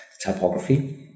typography